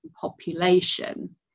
population